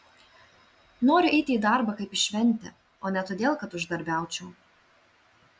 noriu eiti į darbą kaip į šventę o ne todėl kad uždarbiaučiau